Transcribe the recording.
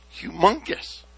humongous